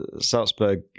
salzburg